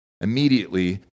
immediately